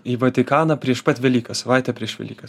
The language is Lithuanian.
į vatikaną prieš pat velykas savaitę prieš velykas